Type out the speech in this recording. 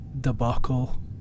debacle